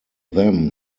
them